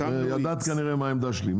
ידעת, כנראה, מה העמדה שלי.